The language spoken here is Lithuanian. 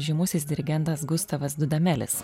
žymusis dirigentas gustavas dudamelis